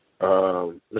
Mr